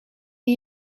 die